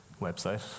website